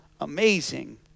amazing